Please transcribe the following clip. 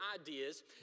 ideas